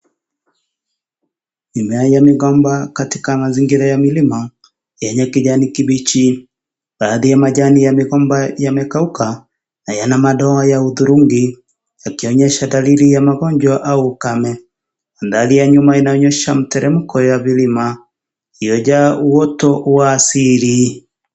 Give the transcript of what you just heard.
Mimea ya migamba katika mazingira ya milima yenye kijani kibichi, baadhi ya majani ya migomba imekauka na yana madoa ya hudhurungi yakionyesha dalili ya magonjwa au ukame. Mandhari ya nyuma inaonyesha miteremko ya vilima iliyojaa uoto wa asili.